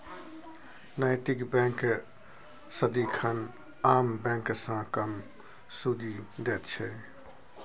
नैतिक बैंक सदिखन आम बैंक सँ कम सुदि दैत छै